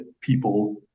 people